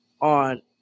on